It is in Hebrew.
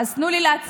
אז תנו לי להציג,